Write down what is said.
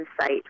site